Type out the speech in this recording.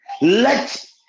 Let